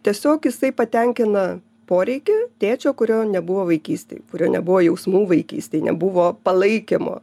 tiesiog jisai patenkina poreikį tėčio kurio nebuvo vaikystėj kurio nebuvo jausmų vaikystėj nebuvo palaikymo